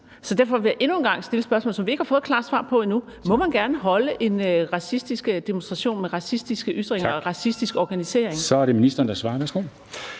Derfor vil jeg endnu en gang stille spørgsmålet, som vi ikke har fået et klart svar på endnu: Må man gerne holde en racistisk demonstration med racistiske ytringer og racistisk organisering? Kl. 14:03 Formanden (Henrik